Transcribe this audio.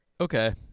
Okay